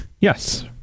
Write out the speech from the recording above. Yes